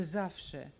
zawsze